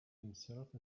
himself